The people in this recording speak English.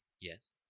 Yes